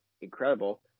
incredible